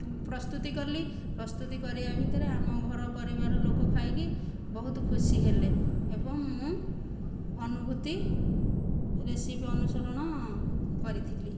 ପ୍ରସ୍ତୁତି କଲି ପ୍ରସ୍ତୁତି କରିବା ଭିତରେ ଆମ ଘର ପରିବାର ଲୋକ ଖାଇକି ବହୁତ ଖୁସି ହେଲେ ଏବଂ ମୁଁ ଅନୁଭୂତି ରେସିପି ଅନୁସରଣ କରିଥିଲି